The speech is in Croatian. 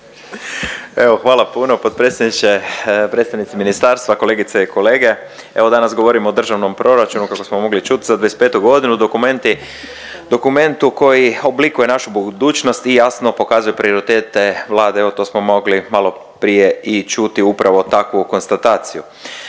Evo hvala puno potpredsjedniče. Predstavnici ministarstva, kolegice i kolege, evo danas govorimo o državnom proračunu kako smo mogli čut za '25. godinu, dokumenti, dokumentu koji oblikuje našu budućnost i jasno pokazuje prioritete Vlade. Evo to smo mogli malo prije i čuti upravo takvu konstataciju.